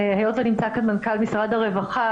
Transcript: היות ונמצא כאן מנכ"ל משרד הרווחה,